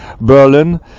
Berlin